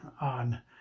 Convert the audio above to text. on